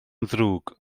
ddrwg